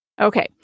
Okay